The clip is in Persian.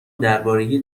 درباره